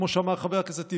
כמו שאמר חבר הכנסת טיבי,